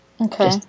Okay